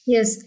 Yes